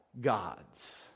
gods